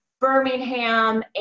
Birmingham